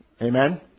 Amen